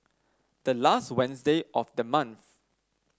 the last Wednesday of the month